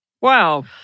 Wow